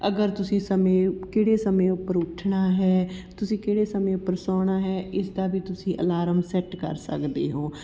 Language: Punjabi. ਅਗਰ ਤੁਸੀਂ ਸਮੇਂ ਕਿਹੜੇ ਸਮੇਂ ਉੱਪਰ ਉੱਠਣਾ ਹੈ ਤੁਸੀਂ ਕਿਹੜੇ ਸਮੇਂ ਉੱਪਰ ਸੌਣਾ ਹੈ ਇਸ ਦਾ ਵੀ ਤੁਸੀਂ ਅਲਾਰਮ ਸੈੱਟ ਕਰ ਸਕਦੇ ਹੋ